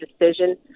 decision